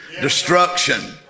Destruction